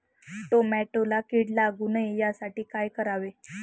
टोमॅटोला कीड लागू नये यासाठी काय करावे?